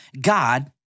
God